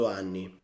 anni